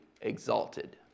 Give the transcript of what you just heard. exalted